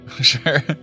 sure